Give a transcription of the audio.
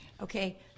Okay